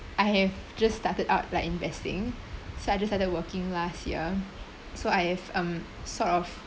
I have just started out like investing so I just started working last year so I have um sort of